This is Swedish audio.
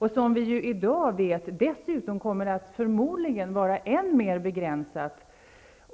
Vi vet redan i dag att detta inflytande förmodligen blir än mer begränsat.